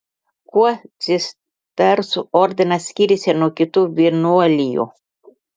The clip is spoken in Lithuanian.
kuo cistersų ordinas skiriasi nuo kitų vienuolijų